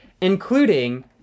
including